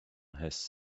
has